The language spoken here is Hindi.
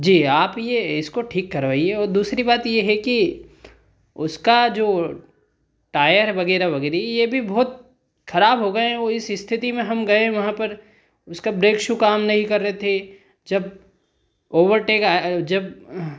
जी आप यह इसको ठीक करवाइए और दूसरी बात यह है कि उसका जो टायर वगैरह वगेरी यह भी बहुत ख़राब हो गए औ इस स्थिति में हम गए वहाँ पर उसका ब्रेक शू काम नहीं कर रहे थे जब ओवरटेक आ जब